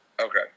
Okay